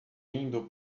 indo